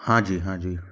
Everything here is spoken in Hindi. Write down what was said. हाँ जी हाँ जी